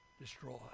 destroy